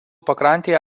pakrantėje